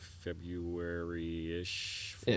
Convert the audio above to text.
february-ish